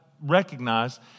recognize